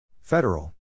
Federal